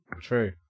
True